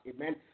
amen